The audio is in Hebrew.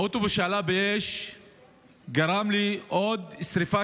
האוטובוס שעלה באש גרם לעוד שרפה,